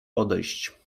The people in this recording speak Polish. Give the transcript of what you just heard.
odejść